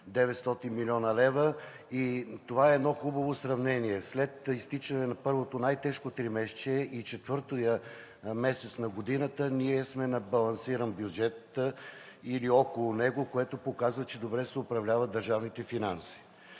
900 млн. лв. и това е едно хубаво сравнение. След изтичане на първото най-тежко тримесечие и четвъртия месец на годината ние сме на балансиран бюджет или около него, което показва, че добре се управляват държавните финанси.